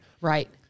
Right